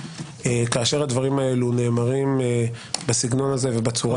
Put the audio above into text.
כשהדברים הללו נאמרים בצורה הזו ובסגנון